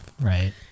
right